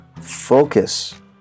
Focus